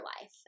life